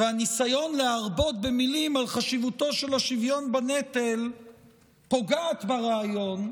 והניסיון להרבות במילים על חשיבותו של השוויון בנטל פוגעים ברעיון,